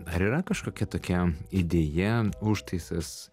ar yra kažkokia tokia idėja užtaisas